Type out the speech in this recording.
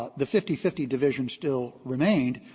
the fifty fifty division still remained,